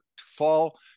fall